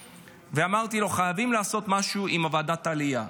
ואמרתי לו: חייבים לעשות משהו עם ועדת העלייה.